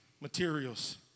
materials